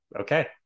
Okay